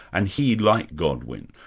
and he, like godwin,